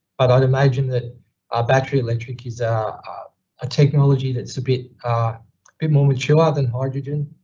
but i'd imagine that a battery electric is ah a technology that's a bit bit more mature than hydrogen.